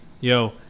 Yo